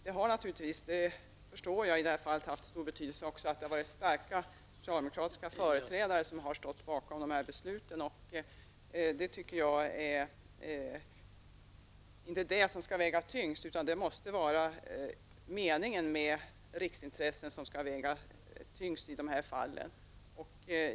Vi förstår att det i detta fall haft stor betydelse att starka socialdemokratiska företrädare har stått bakom beslutet. Jag tycker inte att detta skall väga tyngst, utan det är riksintresset som i sådana fall skall göra det.